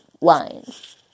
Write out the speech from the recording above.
lines